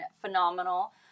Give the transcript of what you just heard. phenomenal